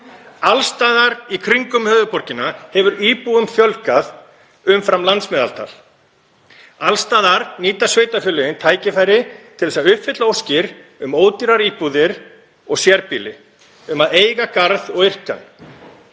Alls staðar í kringum höfuðborgina hefur íbúum fjölgað umfram landsmeðaltal. Alls staðar nýta sveitarfélögin tækifæri til að uppfylla óskir um ódýrar íbúðir og sérbýli, um að eiga garð og yrkja